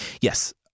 Yes